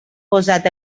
posat